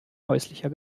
häuslicher